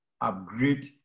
upgrade